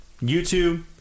YouTube